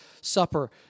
supper